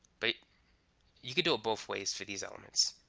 but you could do it both ways for these elements.